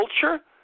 culture